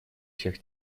всех